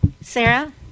Sarah